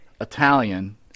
Italian